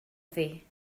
thi